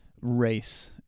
race